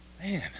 Man